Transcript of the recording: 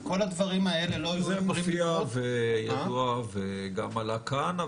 וכל הדברים האלה לא --- זה ידוע וגם עלה כאן,